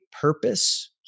purpose